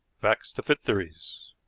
facts to fit theories.